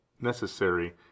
necessary